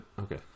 Okay